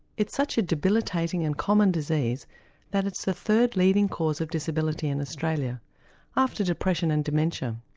it's such a debilitating and common disease that it's the third leading cause of disability in australia after depression and dementia.